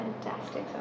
Fantastic